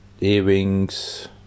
earrings